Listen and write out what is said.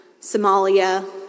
Somalia